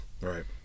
Right